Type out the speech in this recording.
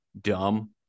dumb